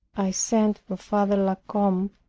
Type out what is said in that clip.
i sent for father la combe,